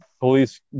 Police